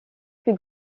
plus